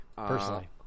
Personally